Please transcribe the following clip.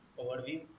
overview